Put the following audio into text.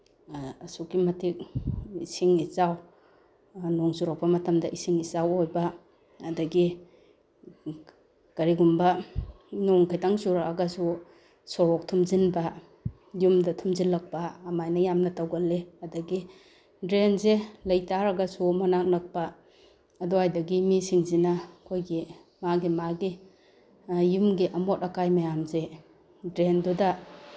ꯑꯁꯨꯛꯀꯤ ꯃꯇꯤꯛ ꯏꯁꯤꯡ ꯏꯆꯥꯎ ꯅꯣꯡ ꯆꯨꯔꯛꯄ ꯃꯇꯝꯗ ꯏꯁꯤꯡ ꯏꯆꯥꯎ ꯑꯣꯏꯕ ꯑꯗꯒꯤ ꯀꯔꯤꯒꯨꯝꯕ ꯅꯣꯡ ꯈꯤꯇꯪ ꯆꯨꯔꯛꯑꯒꯁꯨ ꯁꯣꯔꯣꯛ ꯊꯨꯝꯖꯤꯟꯕ ꯌꯨꯝꯗ ꯊꯨꯝꯖꯤꯜꯂꯛꯄ ꯑꯃꯥꯏꯅ ꯌꯥꯝꯅ ꯇꯧꯒꯜꯂꯤ ꯑꯗꯒꯤ ꯗ꯭ꯔꯦꯟꯁꯦ ꯂꯩ ꯇꯥꯔꯒꯁꯨ ꯃꯅꯥꯛ ꯅꯛꯄ ꯑꯗꯨꯋꯥꯏꯗꯒꯤ ꯑꯅꯛꯄ ꯃꯤꯁꯤꯡꯁꯤꯅ ꯑꯩꯈꯣꯏꯒꯤ ꯃꯥꯒꯤ ꯃꯥꯒꯤ ꯌꯨꯝꯒꯤ ꯑꯃꯣꯠ ꯑꯀꯥꯏ ꯃꯌꯥꯝꯁꯦ ꯗ꯭ꯔꯦꯟꯗꯨꯗ